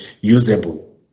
usable